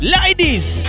Ladies